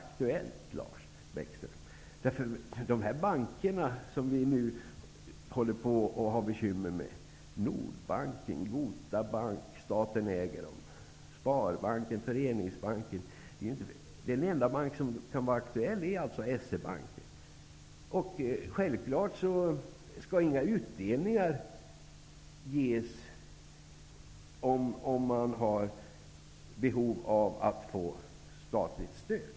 Det rör ju varken statligt ägda Nordbanken och Gota Bank eller Sparbanken och Föreningsbanken. Den enda bank som är aktuell är S-E-Banken. Det skall självfallet inte förekomma några utdelningar, om man är i behov av statligt stöd.